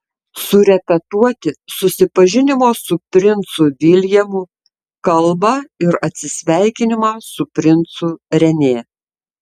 surepetuoti susipažinimo su princu viljamu kalbą ir atsisveikinimą su princu renė